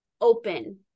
open